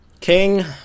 King